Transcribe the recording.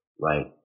right